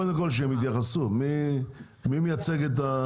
קודם כל שהם יתייחסו מי מייצג את ה-